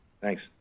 Thanks